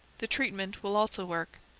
the treatment will also work.